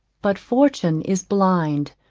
but fortune is blind,